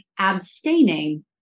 abstaining